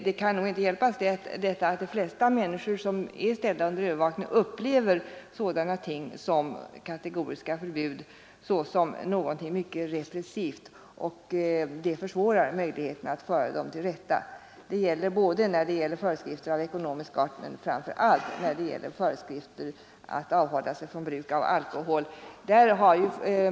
Det kan inte hjälpas att de flesta människor som är ställda under övervakning upplever sådana ting som kategoriska förbud såsom mycket repressivt, och det försvårar möjligheten att föra dem till rätta. Det gäller både föreskrifter av ekonomisk art och — framför allt — föreskrifter att avhålla sig från bruk av alkohol.